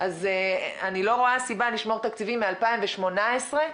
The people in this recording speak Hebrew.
אז אני לא רואה סיבה לשמור תקציבים מ-2018 כשאנחנו